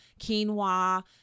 quinoa